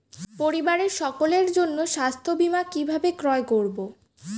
পরিবারের সকলের জন্য স্বাস্থ্য বীমা কিভাবে ক্রয় করব?